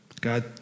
God